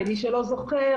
למי שלא זוכר,